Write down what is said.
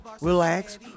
relax